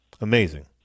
amazing